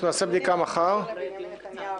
נעשה בדיקה מחר --- הדיונים שקשורים לבנימין נתניהו